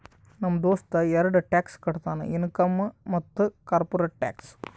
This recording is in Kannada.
ನಮ್ ದೋಸ್ತ ಎರಡ ಟ್ಯಾಕ್ಸ್ ಕಟ್ತಾನ್ ಇನ್ಕಮ್ ಮತ್ತ ಕಾರ್ಪೊರೇಟ್ ಟ್ಯಾಕ್ಸ್